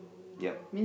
yup